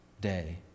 day